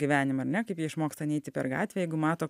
gyvenimą ar ne kaip jie išmoksta neiti per gatvę jeigu mato